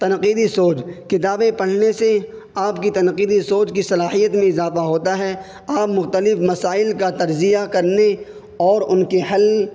تنقیدی سوج کتابیں پرھنے سے آپ کی تنقیدی سوچ کی صلاحیت میں اضافہ ہوتا ہے آپ مختلف مسائل کا تجزیہ کرنے اور ان کے حل